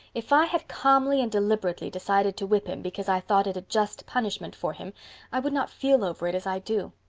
if i had calmly and deliberately decided to whip him because i thought it a just punishment for him i would not feel over it as i do.